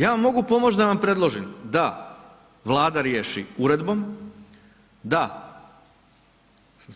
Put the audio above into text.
Ja vam mogu pomoć da vam predložim da Vlada riješi uredbom, da